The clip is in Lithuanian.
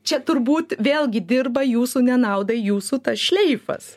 čia turbūt vėlgi dirba jūsų nenaudai jūsų tas šleifas